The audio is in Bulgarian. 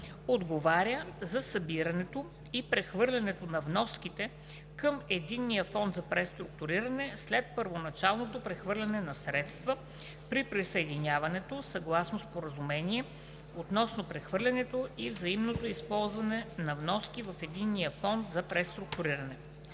отговаря за събирането и прехвърлянето на вноските към Единния фонд за преструктуриране след първоначалното прехвърляне на средства при присъединяването съгласно Споразумение относно прехвърлянето и взаимното използване на вноски в Единния фонд за преструктуриране.